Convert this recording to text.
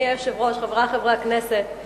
אדוני היושב-ראש, חברי חברי הכנסת,